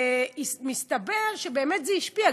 ומסתבר שבאמת זה השפיע.